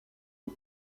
aux